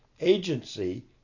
agency